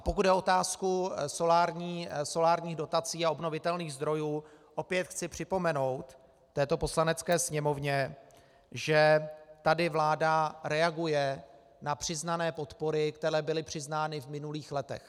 Pokud jde o otázku solárních dotací a obnovitelných zdrojů, opět chci připomenout této Poslanecké sněmovně, že tady vláda reaguje na přiznané podpory, které byly přiznány v minulých letech.